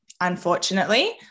unfortunately